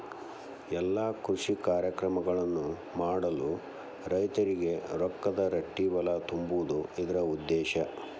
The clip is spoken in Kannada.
ಎಲ್ಲಾ ಕೃಷಿ ಕಾರ್ಯಕ್ರಮಗಳನ್ನು ಮಾಡಲು ರೈತರಿಗೆ ರೊಕ್ಕದ ರಟ್ಟಿಬಲಾ ತುಂಬುದು ಇದ್ರ ಉದ್ದೇಶ